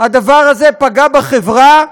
הדבר הזה פגע בחברה.